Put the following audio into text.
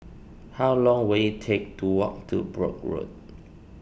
how long will it take to walk to Brooke Road